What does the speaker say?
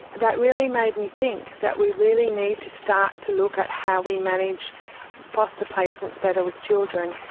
that really made me think that we really need to start to look at how we manage foster placements better with children.